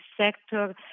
sector